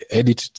edit